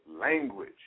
language